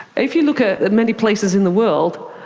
if you look at the many places in the world,